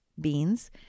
beans